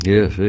Yes